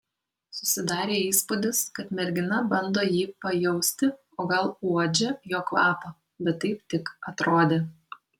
susidarė įspūdis kad mergina bando jį pajausti o gal uodžia jo kvapą bet taip tik atrodė